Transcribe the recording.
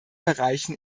bereichen